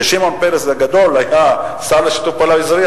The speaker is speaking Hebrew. שכששמעון פרס הגדול היה שר לשיתוף פעולה אזורי,